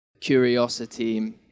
curiosity